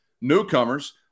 newcomers